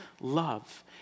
love